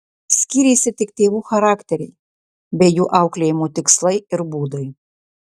skyrėsi tik tėvų charakteriai bei jų auklėjimo tikslai ir būdai